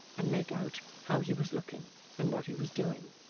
and make out how he was looking and what he was doing.